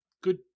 good